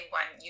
one